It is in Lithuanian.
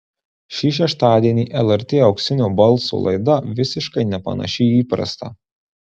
šį šeštadienį lrt auksinio balso laida visiškai nepanaši į įprastą